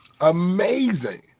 amazing